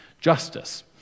justice